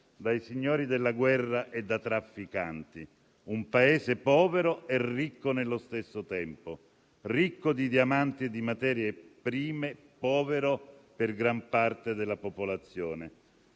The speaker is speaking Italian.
dai signori della guerra e da trafficanti; un Paese povero e ricco nello stesso tempo: ricco di diamanti e di materie prime, povero per gran parte della popolazione.